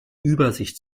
übersicht